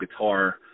guitar